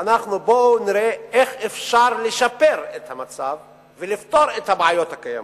ובואו נראה איך אפשר לשפר את המצב ולפתור את הבעיות הקיימות.